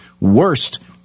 worst